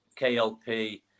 KLP